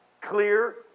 clear